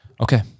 Okay